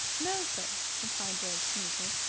no, sir, replied george smoothly.